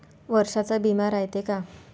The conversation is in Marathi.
वर्षाचा बिमा रायते का?